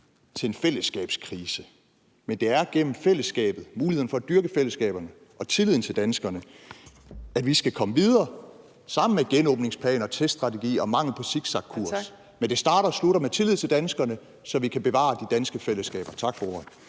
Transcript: til en fællesskabskrise. Men det er igennem fællesskabet, muligheden for at dyrke fællesskaberne og tilliden til danskerne, at vi skal komme videre sammen med genåbningsplaner, teststrategi og mangel på zigzagkurs. Men det starter og slutter med tillid til danskerne, så vi kan bevare de danske fællesskaber. Tak for ordet.